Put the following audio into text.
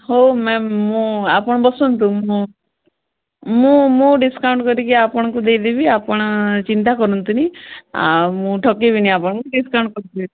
ହଉ ମ୍ୟାମ୍ ମୁଁ ଆପଣ ବସନ୍ତୁ ମୁଁ ମୁଁ ମୁଁ ଡିସ୍କାଉଣ୍ଟ୍ କରିକି ଆପଣଙ୍କୁ ଦେଇଦେବି ଆପଣ ଚିନ୍ତା କରନ୍ତୁନି ଆଉ ମୁଁ ଠକିବିନି ଆପଣଙ୍କୁ ଡିସ୍କାଉଣ୍ଟ୍ କରିଦେବି